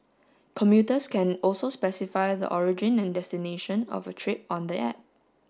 commuters can also specify the origin and destination of a trip on the app